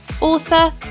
author